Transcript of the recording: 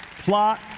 plot